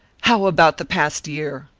how about the past year?